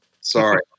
sorry